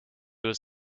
was